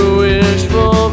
wishful